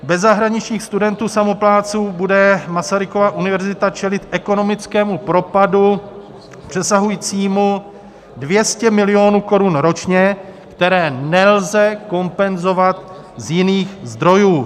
Bez zahraničních studentů samoplátců bude Masarykova univerzita čelit ekonomickému propadu přesahujícími 200 milionů korun ročně, které nelze kompenzovat z jiných zdrojů.